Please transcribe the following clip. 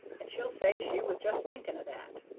and she'll say she was just thinking of that.